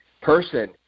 person